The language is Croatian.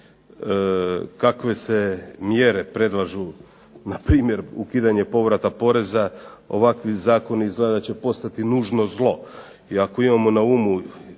Kakve se mjere predlažu na primjer ukidanje povrata poreza, ovakvi zakoni izgleda da će postati nužno zlo. I ako imamo na umu